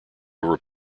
over